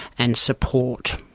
and support.